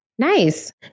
Nice